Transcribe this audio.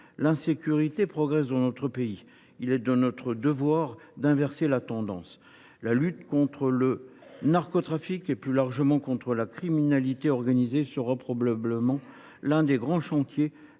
L’insécurité progresse dans notre pays et il est de notre devoir d’inverser la tendance. La lutte contre le narcotrafic et, plus largement, contre la criminalité organisée sera probablement l’un des grands chantiers